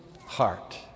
heart